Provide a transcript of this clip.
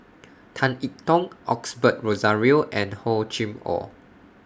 Tan I Tong Osbert Rozario and Hor Chim Or